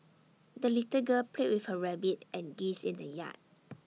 the little girl played with her rabbit and geese in the yard